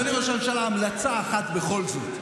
אדוני ראש הממשלה, המלצה אחת בכל זאת.